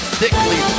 thickly